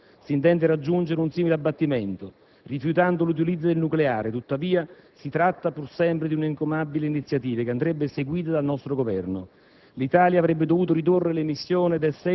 Certo, occorre vedere con quale *mix* energetico si intende raggiungere un simile abbattimento rifiutando l'utilizzo del nucleare, tuttavia si tratta pur sempre di un'encomiabile iniziativa, che andrebbe seguita dal nostro Governo.